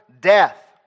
death